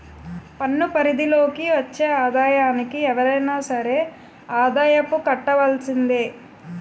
పన్ను పరిధి లోకి వచ్చే ఆదాయానికి ఎవరైనా సరే ఆదాయపు కట్టవలసిందే